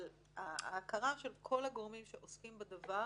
אבל ההכרה של כל הגורמים שעוסקים בדבר